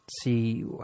see